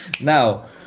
now